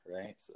right